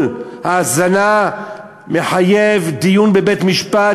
כל האזנה מחייבת דיון בבית-משפט,